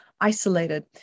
isolated